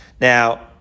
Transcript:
Now